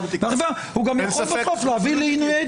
הוא גם יכול בסוף להביא לעינויי דין.